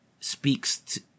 speaks